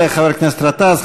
תודה לחבר הכנסת גטאס.